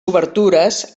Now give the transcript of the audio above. obertures